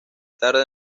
tarde